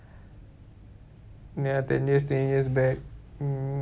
ya ten years twenty years back mm